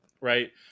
right